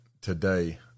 today